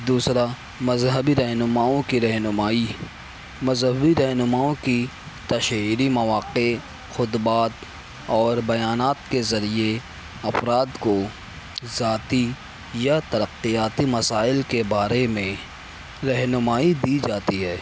دوسرا مذہبی رہنماؤں کی رہنمائی مذہبی رہنماؤں کی تشہیری مواقع خطبات اور بیانات کے ذریعے افراد کو ذاتی یا ترقیاتی مسائل کے بارے میں رہنمائی دی جاتی ہے